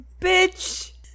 Bitch